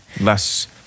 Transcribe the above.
Less